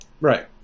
Right